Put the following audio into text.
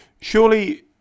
Surely